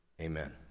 Amen